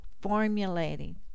formulating